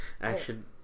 action